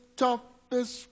toughest